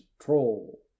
troll